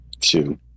Two